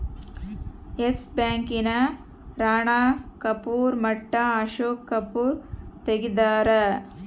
S Bank ನ ರಾಣ ಕಪೂರ್ ಮಟ್ಟ ಅಶೋಕ್ ಕಪೂರ್ ತೆಗ್ದಾರ